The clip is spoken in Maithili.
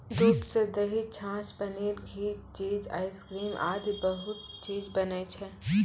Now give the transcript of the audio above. दूध सॅ दही, छाछ, पनीर, घी, चीज, आइसक्रीम आदि बहुत चीज बनै छै